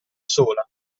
sola